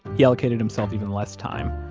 he allocated himself even less time.